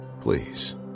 please